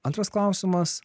antras klausimas